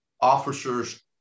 officers